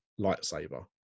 lightsaber